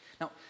Now